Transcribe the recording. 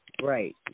Right